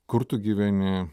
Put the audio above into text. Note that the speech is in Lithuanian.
kur tu gyveni